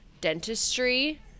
dentistry